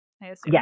Yes